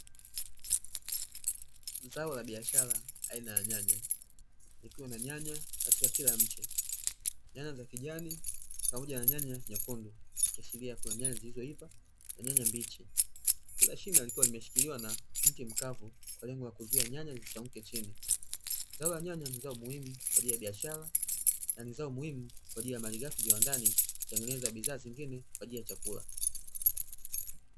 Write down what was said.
Zao la biashara aina ya nyanya likiwa na nyanya katika kila mche, nyanya za kijani pamoja na nyanya nyekundu ikiashiria kuna nyanya zilizoiva na nyanya mbichi. Kila shina likiwa limeshikiliwa na mti mkavu kwa lengo la kuzuia nyanya zisianguke chini. Zao la nyanya ni zao muhimu kwa ajili ya biashara na ni zao muhimu kwa ajili ya malighafi viwandani kutengeneza bidhaa zingine kwa ajili ya chakula.